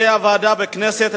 על-ידי הוועדה בכנסת,